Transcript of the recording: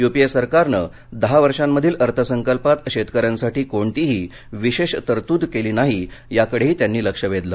UPA सरकारनं दहा वर्षांमधील अर्थसंकल्पात शेतकऱ्यांसाठी कोणतीही विशेष तरतूद केली नाही याकडेही त्यांनी लक्ष वेधलं